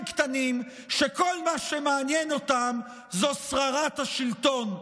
קטנים שכל מה שמעניין אותם זה שררת השלטון.